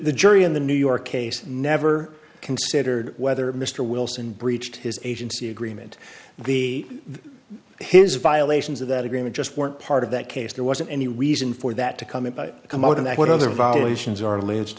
the jury in the new york case never considered whether mr wilson breached his agency agreement the his violations of that agreement just weren't part of that case there wasn't any reason for that to come in come out and what other violations